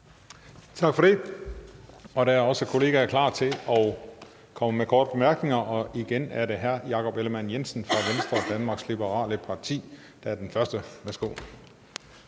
Tak for det. Der er også kollegaer, der er klar til at komme med korte bemærkninger, og igen er det hr. Jakob Ellemann-Jensen fra Venstre, Danmarks liberale parti, der er den første. Værsgo.